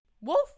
Wolf